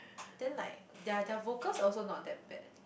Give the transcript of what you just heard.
then like their their vocals also not that bad